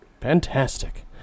Fantastic